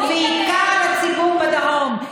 ובעיקר לציבור בדרום,